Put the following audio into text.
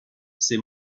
c’est